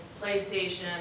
Playstation